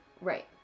Right